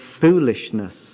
foolishness